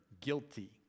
guilty